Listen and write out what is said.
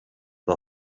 the